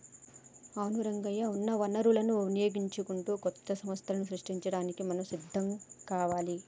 అవును రంగయ్య ఉన్న వనరులను వినియోగించుకుంటూ కొత్త సంస్థలను సృష్టించడానికి మనం సిద్ధం కావాలి